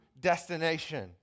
destination